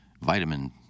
vitamin